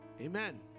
amen